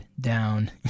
down